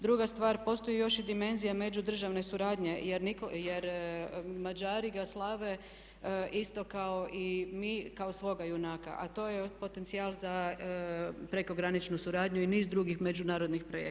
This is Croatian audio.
Druga stvar, postoji još i dimenzija međudržavne suradnje jer Mađari ga slave isto kao i mi, kao svoga junaka a to je potencijal za prekograničnu suradnju i niz drugih međunarodnih projekata.